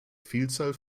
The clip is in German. vielzahl